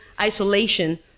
isolation